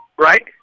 Right